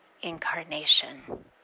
incarnation